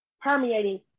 permeating